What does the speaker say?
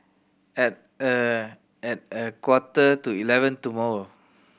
at a at a quarter to eleven tomorrow